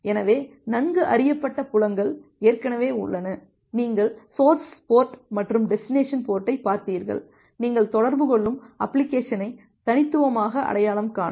எனவே நன்கு அறியப்பட்ட புலங்கள் ஏற்கனவே உள்ளன நீங்கள் சோர்ஸ் போர்ட் மற்றும் டெஸ்டினேசன் போர்ட்டைப் பார்த்தீர்கள் நீங்கள் தொடர்பு கொள்ளும் அப்ளிகேஷனை தனித்துவமாக அடையாளம் காண